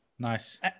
Nice